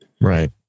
Right